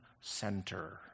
center